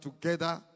together